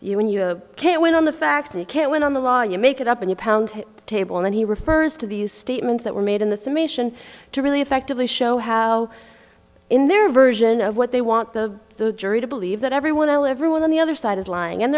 you when you can't win on the facts you can't win on the law you make it up and you pound the table and he refers to these statements that were made in the summation to really effectively show how in their version of what they want the jury to believe that everyone else everyone on the other side is lying and